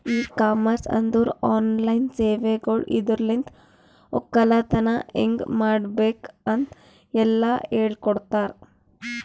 E commerce ಅಂದುರ್ online ಸೇವೆಗೊಳ್ ಇದುರಲಿಂತ್ ಒಕ್ಕಲತನ ಹೇಗ್ ಮಾಡ್ಬೇಕ್ ಅಂತ್ ಎಲ್ಲಾ ಹೇಳಕೊಡ್ತಾರ್